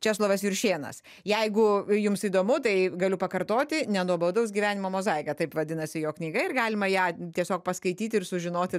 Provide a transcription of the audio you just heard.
česlovas juršėnas jeigu jums įdomu tai galiu pakartoti nenuobodaus gyvenimo mozaika taip vadinasi jo knyga ir galima ją tiesiog paskaityti ir sužinoti